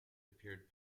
appeared